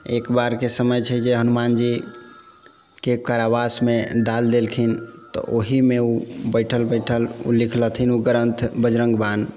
एकबारके समय छै जे हनुमान जीके कारावासमे डालि देलखिन तऽ ओहीमे ओ बैठल बैठल ओ लिखलथिन ओ ग्रन्थ बजरङ्ग बाण